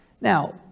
Now